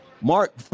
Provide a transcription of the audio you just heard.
Mark